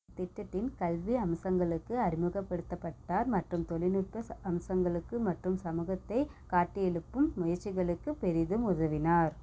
திட்டத்தின் கல்வி அம்சங்களுக்கு அறிமுகப்படுத்தப்பட்டார் மற்றும் தொலில்நுட்ப அம்சங்களுக்கு மற்றும் சமூகத்தை காட்டியெழுப்பும் முயற்சிகளுக்கு பெரிதும் உதவினார்